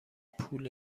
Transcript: پول